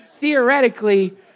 theoretically